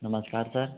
नमस्कार सर